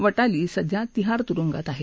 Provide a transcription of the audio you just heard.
वटाली सध्या तिहार तुरुंगात आहे